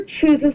chooses